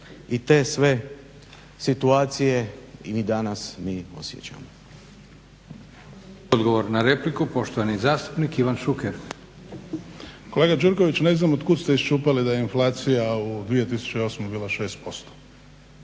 i te sve situacije i danas mi osjećamo.